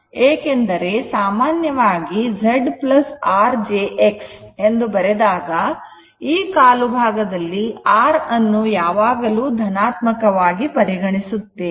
ಏಕೆಂದರೆ ಸಾಮಾನ್ಯ ವಾಗಿ ZR j X ಎಂದು ಬರೆದಾಗ ಈ ಕಾಲುಭಾಗ ದಲ್ಲಿ R ಅನ್ನು ಯಾವಾಗಲೂ ಧನಾತ್ಮಕವಾಗಿ ಇರುತ್ತದೆ